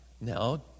Now